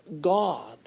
God